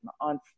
on